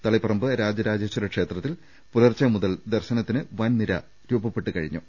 തളിപ്പറമ്പ് രാജ രാജേശ്വര ക്ഷേത്രത്തിൽ പുലർച്ചെ മുതൽ ദർശനത്തിനായി വലിയ നിര രൂപപ്പെട്ടുകഴിഞ്ഞു